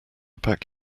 pack